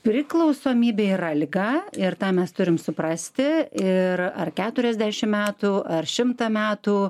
priklausomybė yra liga ir tą mes turim suprasti ir ar keturiasdešimt metų ar šimtą metų